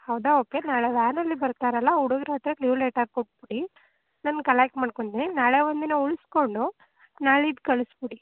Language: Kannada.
ಹೌದಾ ಓಕೆ ನಾಳೆ ವ್ಯಾನಲ್ಲಿ ಬರ್ತಾರಲ್ಲ ಆ ಹುಡ್ಗ್ರ ಹತ್ತಿರ ಲಿವ್ ಲೆಟರ್ ಕೊಟ್ಬಿಡಿ ನಾನು ಕಲೆಕ್ಟ್ ಮಾಡ್ಕೊಂತಿನಿ ನಾಳೆ ಒಂದು ದಿನ ಉಳಿಸ್ಕೊಂಡು ನಾಳಿದ್ದು ಕಳ್ಸ್ಬಿಡಿ